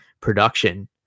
production